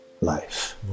life